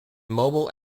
mobile